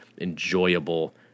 enjoyable